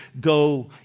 go